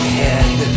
head